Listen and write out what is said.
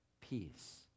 peace